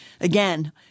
again